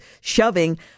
shoving